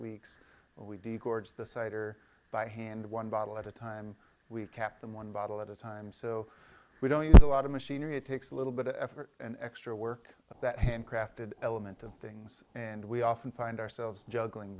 weeks and we d gorge the site or by hand one bottle at a time we've kept them one bottle at a time so we don't use a lot of machinery it takes a little bit of effort and extra work but that hand crafted element of things and we often find ourselves juggling